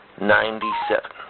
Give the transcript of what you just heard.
ninety-seven